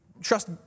trust